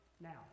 Now